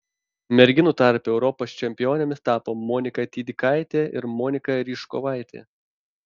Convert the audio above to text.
merginų tarpe europos čempionėmis tapo monika tydikaitė ir monika ryžkovaitė